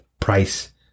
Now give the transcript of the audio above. price